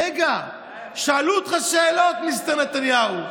רגע, שאלו אותך שאלות, מיסטר נתניהו,